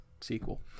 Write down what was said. sequel